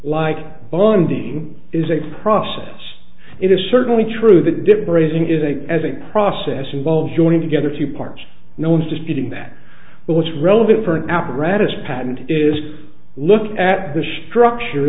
like bonding is a process it is certainly true that depressing is a as a process involves joining together two parts no one's disputing that but what's relevant for an apparatus patent is look at the structure